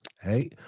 Hey